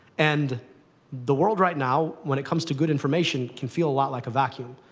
and the world right now, when it comes to good information, can feel a lot like a vacuum.